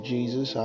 Jesus